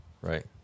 right